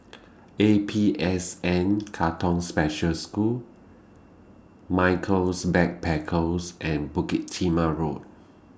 A P S N Katong Special School Michaels Backpackers and Bukit Timah Road